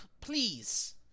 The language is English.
please